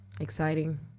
exciting